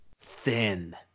Thin